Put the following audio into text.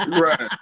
Right